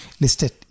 listed